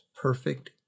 perfect